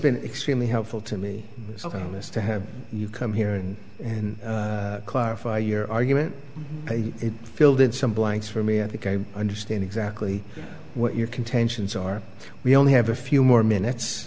been extremely helpful to me so this to have you come here and clarify your argument it filled in some blanks for me i think i understand exactly what your contentions are we only have a few more minutes